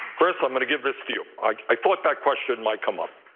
first, i'm gonna give this to you. i thought that question might come up.